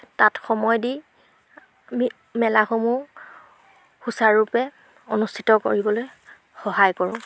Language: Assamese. তাত সময় দি আমি মেলাসমূহ সুচাৰুৰূপে অনুষ্ঠিত কৰিবলৈ সহায় কৰোঁ